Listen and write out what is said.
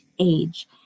Age